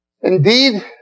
Indeed